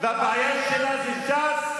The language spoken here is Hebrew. והבעיה שלה זה ש"ס?